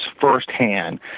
firsthand